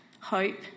hope